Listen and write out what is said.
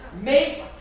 make